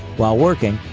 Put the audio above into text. while working,